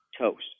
toast